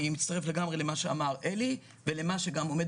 אני מצטרף לגמרי למה שאמר עלי ולמה שגם עומד